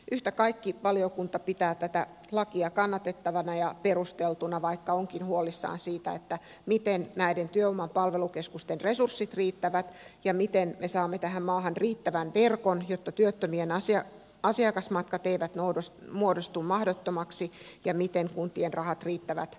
yhtä kaikki valiokunta pitää tätä lakia kannatettavana ja perusteltuna vaikka onkin huolissaan siitä miten näiden työvoiman palvelukeskusten resurssit riittävät ja miten me saamme tähän maahan riittävän verkon jotta työttömien asiakasmatkat eivät muodostu mahdottomiksi ja miten kuntien rahat riittävät